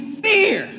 fear